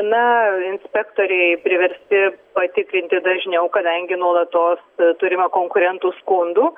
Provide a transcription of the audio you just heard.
na inspektoriai priversti patikrinti dažniau kadangi nuolatos turime konkurentų skundų